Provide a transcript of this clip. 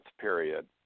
period